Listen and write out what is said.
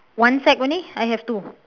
one sack only I have two